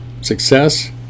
Success